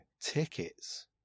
tickets